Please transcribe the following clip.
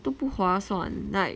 都不划算 like